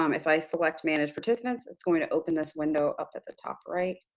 um if i select manage participants, it's going to open this window up at the top right,